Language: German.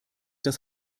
das